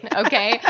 okay